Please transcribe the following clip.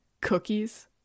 cookies